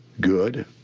good